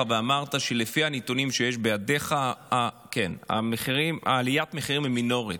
ואמרת שלפי הנתונים שיש בידייך עליית המחירים היא מינורית.